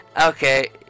Okay